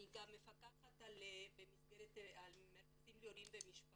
אני גם מפקחת על מרכזים להורים ולמשפחה,